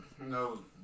No